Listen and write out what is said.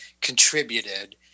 contributed